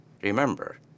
Remember